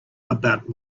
about